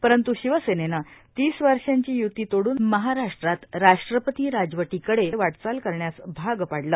परंत् शिवसेनेनं तीस वर्षांची यूती तोडून महाराष्ट्रात राष्ट्रवादी राजवटीकडे वाटचाल करण्यास भाग पाडलं